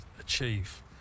achieve